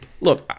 Look